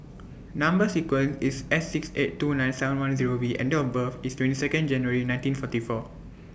Number sequence IS S six eight two nine seven one Zero V and Date of birth IS twenty Second January nineteen forty four